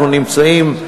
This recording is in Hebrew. אנחנו נמצאים,